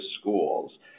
schools